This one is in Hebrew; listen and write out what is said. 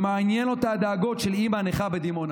לא מעניין אותה הדאגות של אימא נכה בדימונה.